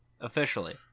officially